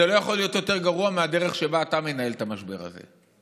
זה לא יכול להיות יותר גרוע מהדרך שבה אתה מנהל את המשבר הזה.